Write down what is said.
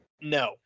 No